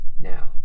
now